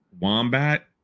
wombat